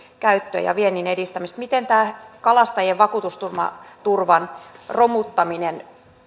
käyttöä ja viennin edistämistä miten tämä kalastajien vakuutusturvan romuttaminen